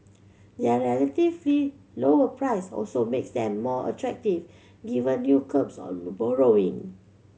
their lower price also makes them more attractive given new curbs borrowing